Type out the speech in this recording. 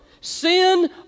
Sin